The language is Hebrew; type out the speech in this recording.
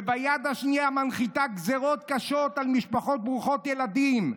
וביד השנייה מנחיתה גזרות קשות על משפחות ברוכות ילדים,